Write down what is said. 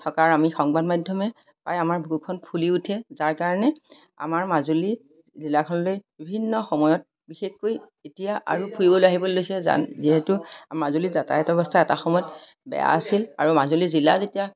থকাৰ আমি সংবাদ মাধ্যমে পাই আমাৰ বুকুখন ফুলি উঠে যাৰ কাৰণে আমাৰ মাজুলী জিলাখনলৈ বিভিন্ন সময়ত বিশেষকৈ এতিয়া আৰু ফুৰিবলৈ আহিবলৈ লৈছে যান যিহেতু মাজুলী যাতায়ত অৱস্থা এটা সময়ত বেয়া আছিল আৰু মাজুলী জিলা যেতিয়া